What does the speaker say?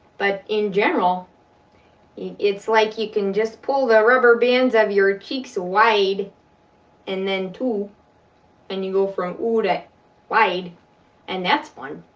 but, in general it's like you can just pull the rubber bands of your cheeks wide and then too and you go from ooo to wide and that's fun.